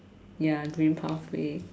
ya green pathway